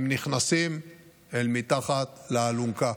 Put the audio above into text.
הם נכנסים מתחת לאלונקה,